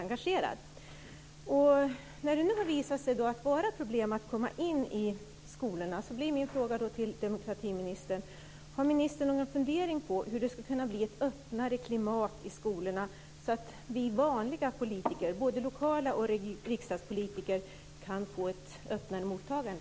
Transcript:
När det nu har visat sig att det är problem att komma in i skolorna blir min fråga till demokratiministern: Har ministern någon fundering kring hur det skulle kunna bli ett öppnare klimat i skolorna så att vi vanliga politiker - både lokala och riksdagspolitiker - kan få ett öppnare mottagande?